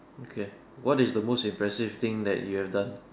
okay what is the most impressive thing that you have done